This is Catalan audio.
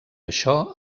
això